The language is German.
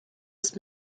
ist